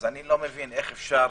אז אני לא מבין איך אפשר